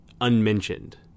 unmentioned